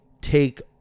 take